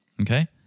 okay